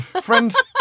Friends